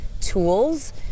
tools